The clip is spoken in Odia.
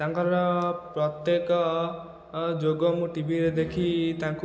ତାଙ୍କର ପ୍ରତ୍ୟେକ ଯୋଗ ମୁଁ ଟିଭିରେ ଦେଖି ତାଙ୍କୁ